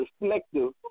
reflective